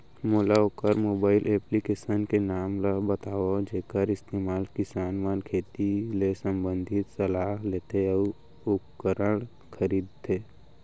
मोला वोकर mobile application के नाम ल बतावव जेखर इस्तेमाल किसान मन खेती ले संबंधित सलाह लेथे अऊ उपकरण खरीदथे?